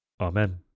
Amen